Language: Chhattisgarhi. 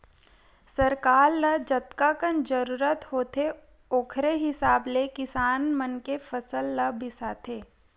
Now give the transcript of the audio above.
सरकार ल जतकाकन जरूरत होथे ओखरे हिसाब ले किसान मन के फसल ल बिसाथे